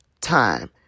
time